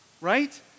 right